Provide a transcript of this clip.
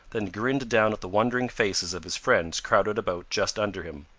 then grinned down at the wondering faces of his friends crowded about just under him.